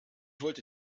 wollte